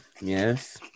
Yes